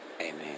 Amen